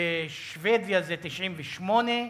בשבדיה זה 98,